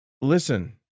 listen